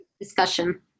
discussion